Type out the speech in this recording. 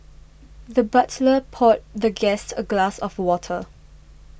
the butler poured the guest a glass of water